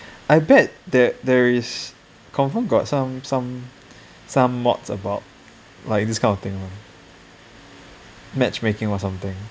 I bet that there is confirm got some some some some mods about this kind of thing one match making or something